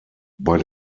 bei